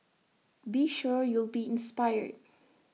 be sure you'll be inspired